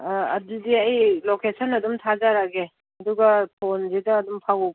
ꯑꯗꯨꯗꯤ ꯑꯩ ꯂꯣꯀꯦꯁꯟ ꯑꯗꯨꯝ ꯊꯥꯖꯔꯛꯑꯒꯦ ꯑꯗꯨꯒ ꯐꯣꯟꯁꯤꯗ ꯑꯗꯨꯝ ꯄꯥꯎ